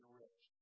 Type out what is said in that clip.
rich